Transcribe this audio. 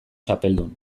txapeldun